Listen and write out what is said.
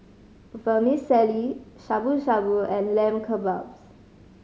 Vermicelli Shabu Shabu and Lamb Kebabs